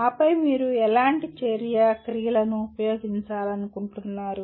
ఆపై మీరు ఎలాంటి చర్య క్రియలను ఉపయోగించాలనుకుంటున్నారు